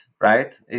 right